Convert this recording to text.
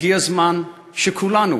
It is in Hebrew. הגיע הזמן שכולנו,